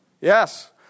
Yes